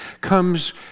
comes